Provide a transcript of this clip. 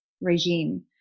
regime